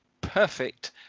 perfect